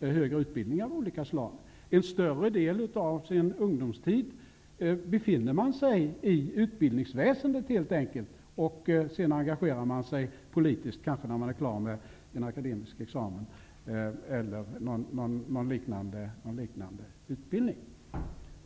högre utbildning av olika slag. En större del av ungdomstiden befinner man sig i utbildningsväsendet och kanske engagerar sig politiskt när man är klar med sin akademiska exemen eller har avslutat någon annan utbildning.